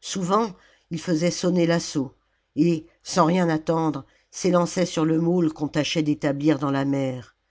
souvent il faisait sonner l'assaut et sans rien attendre s'élançait sur le môle qu'on tâchait d'établir dans la mer